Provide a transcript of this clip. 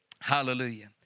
Hallelujah